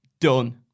done